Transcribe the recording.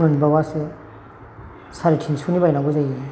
मोनबावासो सारायथिनस'नि बायनांगौ जायो